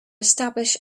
establish